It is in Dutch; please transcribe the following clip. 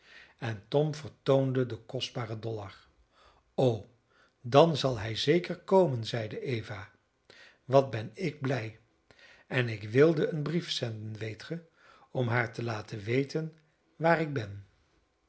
en tom vertoonde den kostbaren dollar o dan zal hij zeker komen zeide eva wat ben ik blij en ik wilde een brief zenden weet ge om haar te laten weten waar ik ben